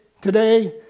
today